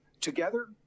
together